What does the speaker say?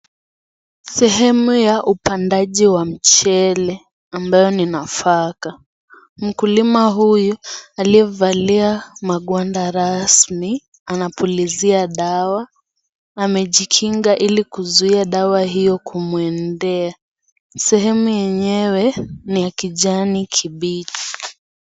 Sehemu ya upandaji wa michele ambayo ni nafaka. Mkulima huyu, aliyevalia magwanda rasmi, anapulizia dawa. Amejikinga ili kuzuia dawa hiyo kumwendea. Sehemu yenyewe ni ya kijani kibichi.